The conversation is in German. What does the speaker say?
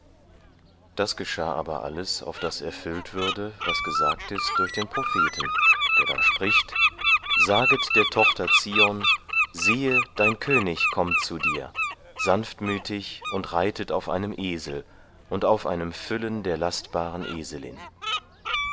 das geschah aber alles auf daß erfüllt würde was gesagt ist durch den propheten der da spricht saget der tochter zion siehe dein könig kommt zu dir sanftmütig und reitet auf einem esel und auf einem füllen der lastbaren eselin